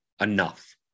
enough